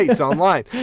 online